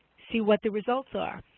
see what the results are?